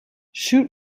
shoot